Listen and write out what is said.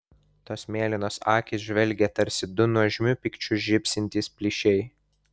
tos mėlynos akys žvelgė tarsi du nuožmiu pykčiu žybsintys plyšiai